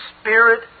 Spirit